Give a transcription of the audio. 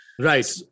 Right